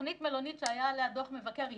שתוכנית מלונית שהיה עליה דוח מבקר,